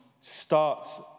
starts